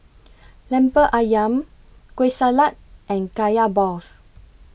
Lemper Ayam Kueh Salat and Kaya Balls